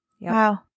Wow